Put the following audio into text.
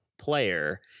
player